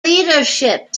leadership